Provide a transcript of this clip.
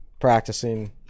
practicing